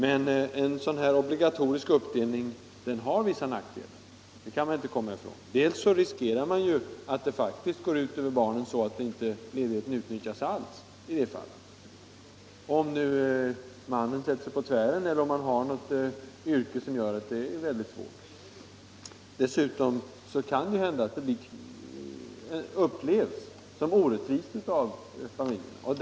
Men en sådan här obligatorisk uppdelning har vissa nackdelar. Det kan man inte bortse ifrån. Man riskerar t.ex. att det faktiskt går ut över barnen, så att ledigheten inte utnyttjas alls, om nu mannen sätter sig på tvären eller om han har ett yrke som gör det svårt för honom att ta ledigt. Dessutom kan det hända att det upplevs som orättvist av familjen.